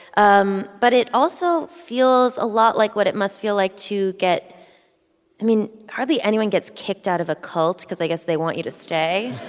um but it also feels a lot like what it must feel like to get i mean, hardly anyone gets kicked out of a cult because i guess they want you to stay